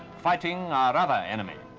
fighting our other enemy.